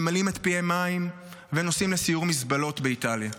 ממלאים את פיהם מים ונוסעים לסיור מזבלות באיטליה.